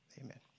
Amen